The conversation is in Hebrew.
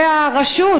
והרשות,